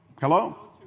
Hello